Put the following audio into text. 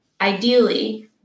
ideally